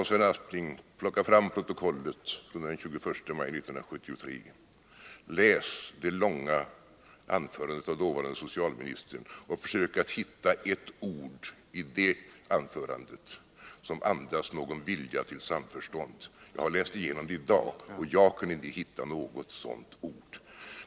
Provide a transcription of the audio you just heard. Sven Aspling, plocka fram protokollet från den 21 maj 1973 och läs det långa anförandet av den dåvarande socialministern och försök att hitta ert ord i det anförandet som andas någon vilja till samförstånd. Jag har läst igenom anförandet i dag, och jag kunde inte hitta något sådant ord.